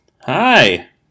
Hi